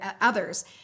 others